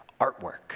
artwork